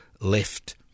left